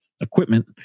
equipment